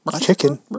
Chicken